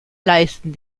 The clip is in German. leisten